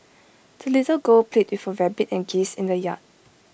the little girl played with her rabbit and geese in the yard